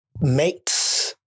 mates